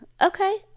okay